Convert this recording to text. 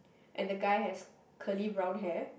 and the guy has curly brown hair